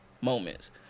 moments